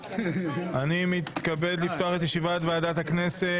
אני מתכבד לפתוח את ישיבת ועדת הכנסת,